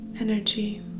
energy